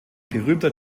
berühmter